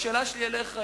השאלה שלי אליך היא: